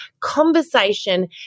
conversation